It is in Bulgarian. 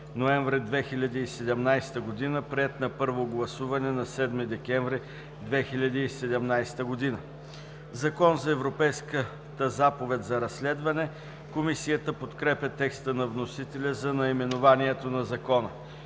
ноември 2017 г., приет на първо гласуване на 7 декември 2017 г. „Закон за Европейската заповед за разследване“.“ Комисията подкрепя текста на вносителя за наименованието на Закона.